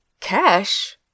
Cash